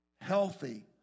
healthy